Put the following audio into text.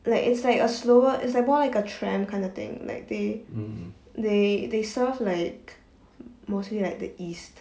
like it's like a slower it's like more like a tram kind of thing like they they they serve like mostly like the east